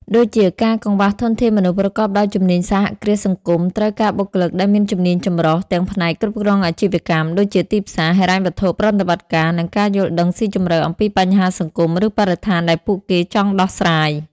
ដូចជាការកង្វះធនធានមនុស្សប្រកបដោយជំនាញសហគ្រាសសង្គមត្រូវការបុគ្គលិកដែលមានជំនាញចម្រុះ ទាំងផ្នែកគ្រប់គ្រងអាជីវកម្ម ដូចជាទីផ្សារ ហិរញ្ញវត្ថុ ប្រតិបត្តិការ និងការយល់ដឹងស៊ីជម្រៅអំពីបញ្ហាសង្គម ឬបរិស្ថានដែលពួកគេចង់ដោះស្រាយ ។